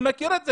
מכיר את זה.